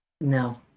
no